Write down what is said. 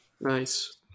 Nice